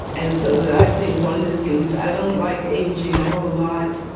and so that i think one of the things i don't like aging a whole lot.